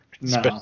No